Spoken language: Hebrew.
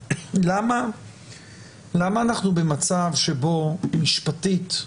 למה אנחנו במצב שבו משפטית,